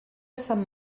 sant